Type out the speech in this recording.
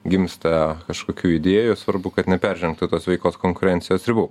gimsta kažkokių idėjų svarbu kad neperžengtų tos sveikos konkurencijos ribų